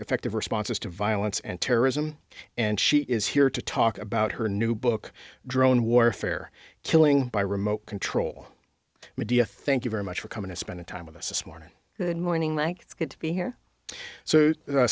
effective responses to violence and terrorism and she is here to talk about her new book drone warfare killing by remote control medea thank you very much for coming to spend time with us this morning good morning mike it's good to be here so